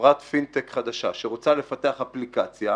חברת פינטק חדשה שרוצה לפתח אפליקציה,